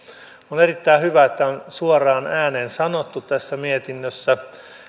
on erittäin hyvä että on suoraan ääneen sanottu tässä mietinnössä